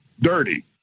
dirty